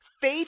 Faith